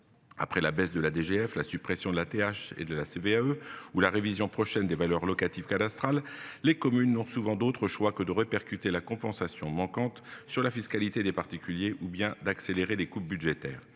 Après la baisse de la DGF, la suppression de la TH et de la CVAE ou la révision prochaine des valeurs locatives cadastrales. Les communes ont souvent d'autre choix que de répercuter la compensation manquante sur la fiscalité des particuliers ou bien d'accélérer les coupes budgétaires